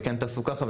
וכן תעשו ככה,